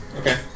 Okay